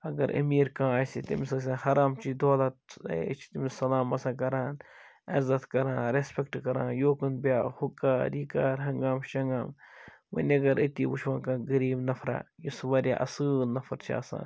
اگر أمیٖر کانٛہہ آسہِ ہے تٔمِس آسہِ ہے حرام چی دولت ہے أسۍ چھِ تٔمِس سلام آسان کَران عزت کَران ریٚسپٮ۪کٹ کران یوٚکُن بیٚہہ ہُو کَر یہِ کَر ہَنٛگام شَنٛگام وۄںۍ اگر أتی وُچھہون کانٛہہ غریٖب نفرا یُس واریاہ اَصۭل نفر چھُ آسان